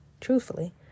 truthfully